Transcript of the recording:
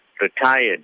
retired